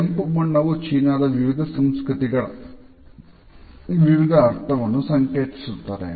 ಕೆಂಪು ಬಣ್ಣವು ಚೀನಾದ ವಿವಿಧ ಸಂಸ್ಕೃತಿಗಳಲ್ಲಿ ವಿವಿಧ ಅರ್ಥಗಳನ್ನು ಸಂಕೇತಿಸುತ್ತದೆ